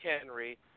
Henry